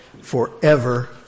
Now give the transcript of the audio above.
forever